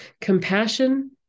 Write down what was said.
compassion